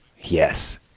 Yes